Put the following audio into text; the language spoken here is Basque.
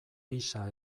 pisa